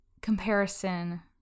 comparison